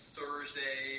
Thursday